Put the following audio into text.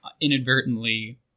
inadvertently